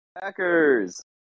Packers